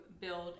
build